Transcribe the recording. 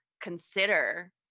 consider